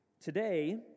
Today